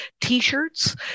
t-shirts